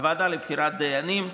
הוועדה לבחירת דיינים,